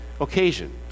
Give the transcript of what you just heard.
occasion